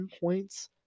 points